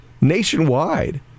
nationwide